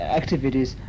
activities